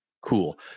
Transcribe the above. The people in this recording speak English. cool